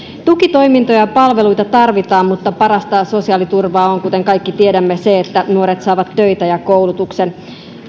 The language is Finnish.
tukitoimintoja ja palveluita tarvitaan mutta parasta sosiaaliturvaa on kuten kaikki tiedämme se että nuoret saavat töitä ja koulutuksen